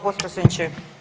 potpredsjedniče.